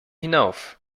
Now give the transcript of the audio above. hinauf